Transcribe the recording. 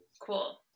Cool